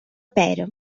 pera